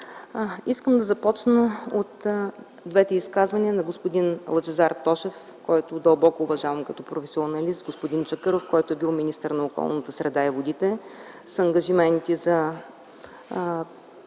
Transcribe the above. Искам да започна от двете изказвания на господин Лъчезар Тошев, когото дълбоко уважавам като професионалист, и на господин Чакъров, който е бил министър на околната среда и водите, с ангажимента за